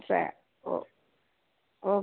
સારું ઓ ઓકે